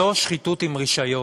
זו שחיתות עם רישיון,